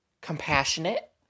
compassionate